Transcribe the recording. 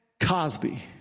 Cosby